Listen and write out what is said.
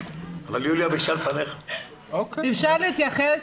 אפשר להתייחס?